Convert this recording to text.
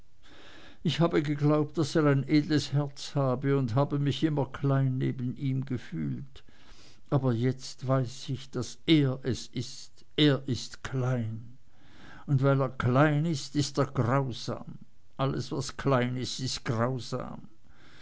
ich habe geglaubt daß er ein edles herz habe und habe mich immer klein neben ihm gefühlt aber jetzt weiß ich daß er es ist er ist klein und weil er klein ist ist er grausam alles was klein ist ist grausam